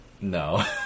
No